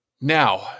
Now